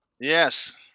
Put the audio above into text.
Yes